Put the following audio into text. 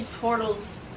portals